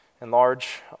enlarge